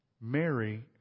Mary